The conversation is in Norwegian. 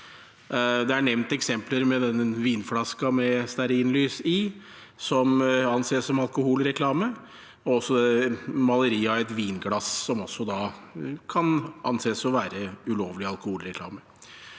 Det er nevnt eksempler som denne vinflasken med stearinlys i, som anses som alkoholreklame, og maleri av et vinglass, som også kan anses å være ulovlig alkoholreklame.